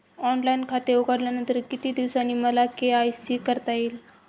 Online खाते उघडल्यानंतर किती दिवसांनी मला के.वाय.सी करता येईल?